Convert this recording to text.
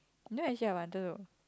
you know actually I wanted to